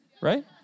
Right